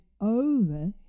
over